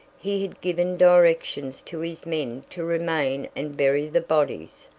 he had given directions to his men to remain and bury the bodies,